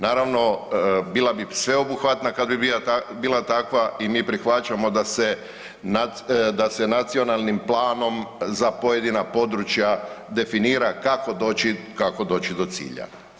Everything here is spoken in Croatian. Naravno bila bi sveobuhvatna kad bi bila takva i mi prihvaćamo da se, da se nacionalnim planom za pojedina područja definira kako doći, kako doći do cilja.